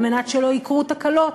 על מנת שלא יקרו תקלות.